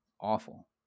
Awful